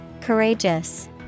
Courageous